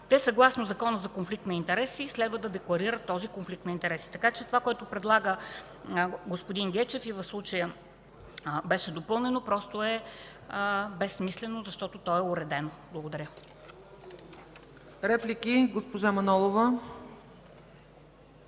съгласно Закона за конфликт на интереси, те следва да декларират този конфликт на интереси. Така че това, което предлага господин Гечев и в случая беше допълнено, просто е безсмислено, защото е уредено. Благодаря. ПРЕДСЕДАТЕЛ ЦЕЦКА